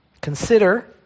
Consider